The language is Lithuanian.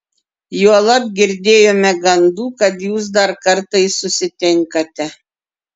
juolab girdėjome gandų kad jūs dar kartais susitinkate